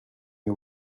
you